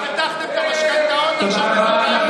תודה רבה.